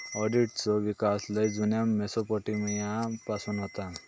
ऑडिटचो विकास लय जुन्या मेसोपोटेमिया पासून होता